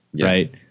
Right